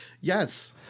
Yes